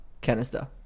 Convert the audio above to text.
canister